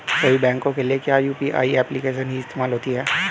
सभी बैंकों के लिए क्या यू.पी.आई एप्लिकेशन ही इस्तेमाल होती है?